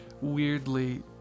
weirdly